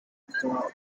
the